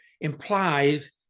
implies